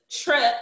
trip